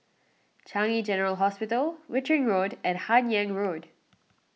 Changi General Hospital Wittering Road and Hun Yeang Road